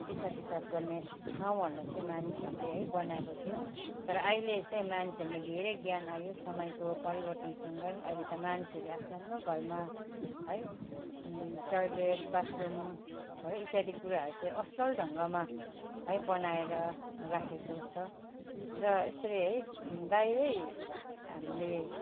दिसा पिसाब गर्ने ठाउँहरूलाई चाहिँ मानिसहरूले है बनाएको थियो तर अहिले चाहिँ मानिसहरूमा धेरै ज्ञान आयो समयको परिवर्तनसँगै अहिले त मानिसहरूले आफ्नो आफ्नो घरमा है टोइलेट बाथरुमहरू इत्यादि कुराहरू चाहिँ असल ढङ्गमा है बनाएर राखेको छ र यसरी है बाहिरै हामीले